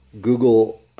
Google